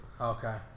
Okay